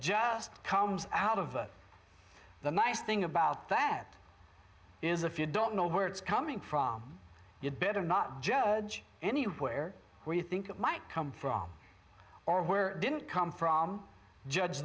just comes out of the nice thing about that is if you don't know where it's coming from you'd better not judge anywhere where you think it might come from or where didn't come from judge